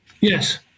Yes